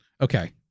Okay